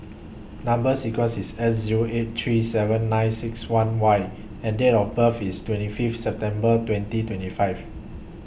Number sequence IS S Zero eight three seven nine six one Y and Date of birth IS twenty Fifth September twenty twenty five